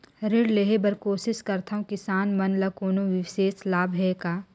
ऋण लेहे बर कोशिश करथवं, किसान मन ल कोनो विशेष लाभ हे का?